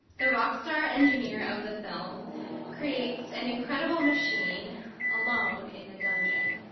the rock star engineer of the film creates an incredible machine alone in a dungeon.